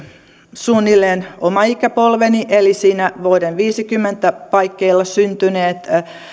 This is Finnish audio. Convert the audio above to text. suunnilleen oma ikäpolveni eli siinä vuoden viisikymmentä paikkeilla syntyneet